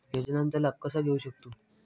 योजनांचा लाभ कसा घेऊ शकतू?